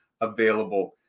available